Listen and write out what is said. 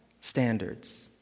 standards